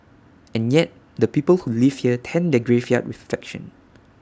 and yet the people who live here tend their graveyard with flection